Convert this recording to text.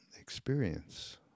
experience